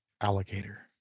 alligator